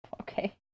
Okay